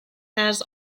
has